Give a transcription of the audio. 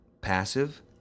passive